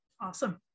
Awesome